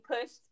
pushed